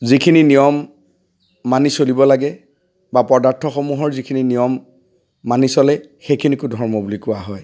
যিখিনি নিয়ম মানি চলিব লাগে বা পদাৰ্থসমূহৰ যিখিনি নিয়ম মানি চলে সেইখিনিকো ধৰ্ম বুলি কোৱা হয়